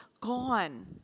gone